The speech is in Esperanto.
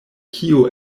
kio